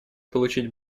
получить